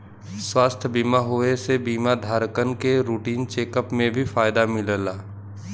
स्वास्थ्य बीमा होये से बीमा धारकन के रूटीन चेक अप में भी फायदा मिलला